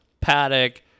Paddock